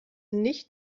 nicht